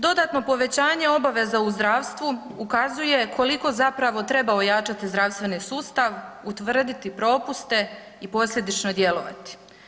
Dodatno povećanje obaveza u zdravstvu ukazuje koliko zapravo treba ojačati zdravstveni sustav, utvrditi propuste i posljedično djelovati.